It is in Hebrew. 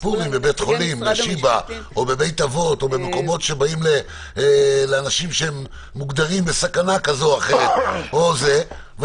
או בבית אבות או במקומות שבאים לאנשים שהם מוגדרים בסכנה כזאת או אחרת,